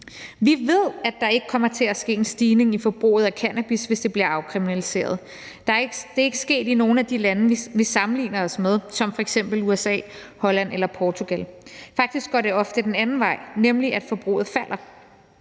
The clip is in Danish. Vi ved, at der ikke kommer til at ske en stigning i forbruget af cannabis, hvis det bliver afkriminaliseret. Det er ikke sket i nogen af de lande, vi sammenligner os med, som f.eks. USA, Holland eller Portugal. Faktisk går det ofte den anden vej, nemlig at forbruget falder.